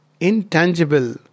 intangible